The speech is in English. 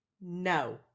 No